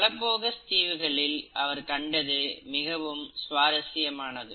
Galapagos தீவுகளில் அவர் கண்டது மிகவும் சுவாரஸ்யமானது